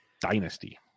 Dynasty